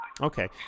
Okay